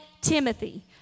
Timothy